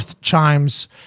chimes